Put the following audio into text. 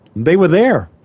they were there,